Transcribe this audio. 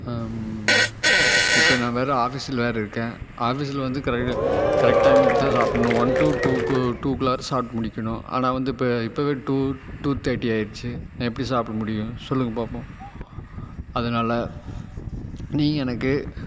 இப்போ நான் வேற ஆஃபிஸில் வேறே இருக்கேன் ஆஃபீஸில் வந்து கரெக்டாக கரெக்ட் டைமுக்குதான் சாப்பிட்ணும் ஒன் டு டூக்கு டூக்குள்ளாற சாப்பிட்டு முடிக்கணும் ஆனால் வந்து இப்போ இப்போவே டூ டூ தேர்ட்டி ஆயிருச்சு நான் எப்படி சாப்பிட்டு முடியும் சொல்லுங்கள் பார்ப்போம் அதனால நீங்கள் எனக்கு